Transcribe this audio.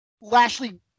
Lashley